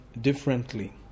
differently